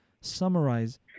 summarize